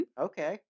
Okay